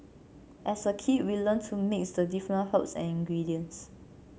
as a kid we learnt to mix the different herbs and ingredients